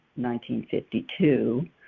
1952